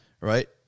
right